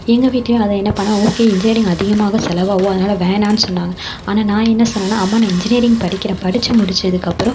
எங்கள் வீட்லையும் அதுதான் என்ன பண்ணிணாங்க ஓகே இன்ஜினியரிங் அதிகமாக செலவாகும் அதனால வேணாம்ன் சொன்னாங்க ஆனால் நான் என்ன சொன்னேனா அம்மா நான் இன்ஜினியரிங் படிக்கிறேன் படிச்சு முடித்ததுக்கப்பறோம்